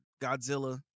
Godzilla